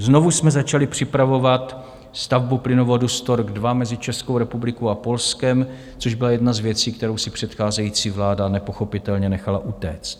Znovu jsme začali připravovat stavbu plynovodu Stork II mezi Českou republikou a Polskem, což byla jedna z věcí, kterou si předcházející vláda nepochopitelně nechala utéct.